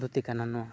ᱫᱷᱩᱛᱤ ᱠᱟᱱᱟ ᱱᱚᱣᱟ